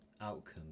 outcome